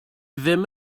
ddim